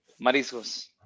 mariscos